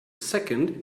second